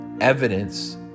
evidence